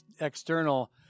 external